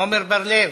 עמר בר-לב,